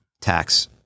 tax